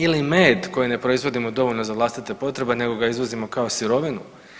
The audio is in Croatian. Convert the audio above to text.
Ili med koji ne proizvodimo dovoljno za vlastite potrebe nego ga izvozimo kao sirovinu?